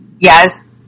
Yes